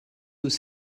was